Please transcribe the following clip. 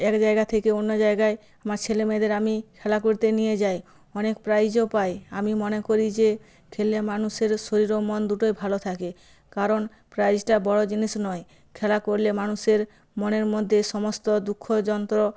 এক জায়গা থেকে অন্য জায়গায় আমার ছেলে মেয়েদের আমি খেলা করতে নিয়ে যাই অনেক প্রাইজও পাই আমি মনে করি যে খেললে মানুষের শরীর ও মন দুটোই ভালো থাকে কারণ প্রাইজটা বড়ো জিনিস নয় খেলা করলে মানুষের মনের মধ্যে সমস্ত দুঃখ যন্ত্র